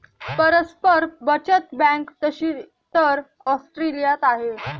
परस्पर बचत बँक तशी तर ऑस्ट्रेलियात आहे